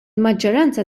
maġġoranza